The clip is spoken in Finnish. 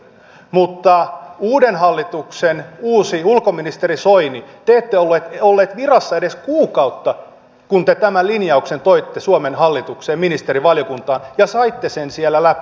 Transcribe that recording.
mutta uuden hallituksen uusi ulkoministeri soini te ette ollut ollut virassa edes kuukautta kun te tämän linjauksen toitte suomen hallitukseen ja ministerivaliokuntaan ja saitte sen siellä läpi